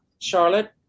Charlotte